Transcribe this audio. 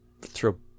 Throw